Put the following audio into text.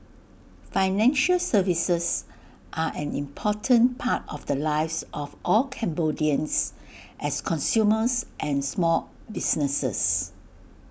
financial services are an important part of the lives of all Cambodians as consumers and small businesses